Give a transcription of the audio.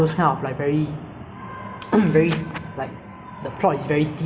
very confusing ah I don't like ah so I just like to watch a simple movie and relax my mind